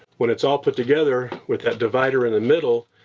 when it's all put together with that divider in the middle,